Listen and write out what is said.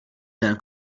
den